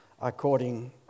according